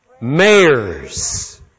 mayors